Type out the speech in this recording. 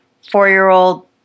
four-year-old